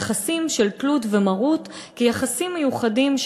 יחסים של תלות ומרות כיחסים מיוחדים,